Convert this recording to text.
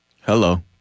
Hello